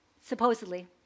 supposedly